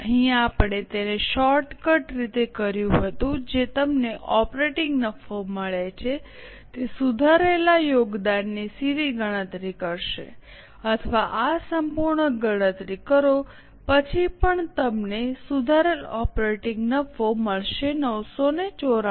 અહીં આપણે તેને શોર્ટ કટ રીતે કર્યું હતું જે તમને ઓપરેટીંગ નફો મળે તે સુધારેલા યોગદાનની સીધી ગણતરી કરશે અથવા આ સંપૂર્ણ ગણતરી કરો પછી પણ તમને સુધારેલ ઓપરેટીંગ નફો મળશે 994